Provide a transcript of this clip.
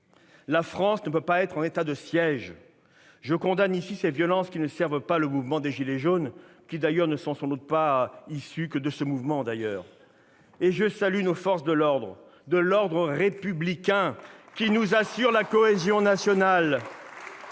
la France ne peut pas être en état de siège ! Je condamne ici ces violences qui ne servent pas le mouvement des « gilets jaunes », et qui ne sont d'ailleurs sans doute pas le fait que de ce mouvement. Et je salue nos forces de l'ordre, l'ordre républicain, qui assure notre cohésion nationale